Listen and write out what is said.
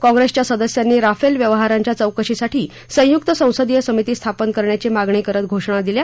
काँप्रेसच्या सदस्यांनी राफेल व्यवहारांच्या चौकशीसाठी संयुक्त संसदीय समिती स्थापन करण्याची मागणी करत घोषणा दिल्या